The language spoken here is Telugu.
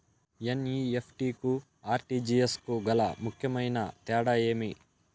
ఎన్.ఇ.ఎఫ్.టి కు ఆర్.టి.జి.ఎస్ కు గల ముఖ్యమైన తేడా ఏమి?